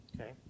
okay